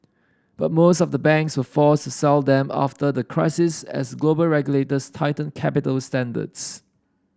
but most of the banks were forced to sell them after the crisis as global regulators tightened capital standards